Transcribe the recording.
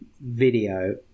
video